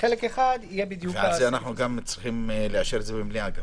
וחלק אחד יהיה בדיוק ה --- אנחנו צריכים לאשר את זה במליאה.